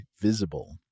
Visible